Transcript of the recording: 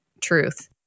truth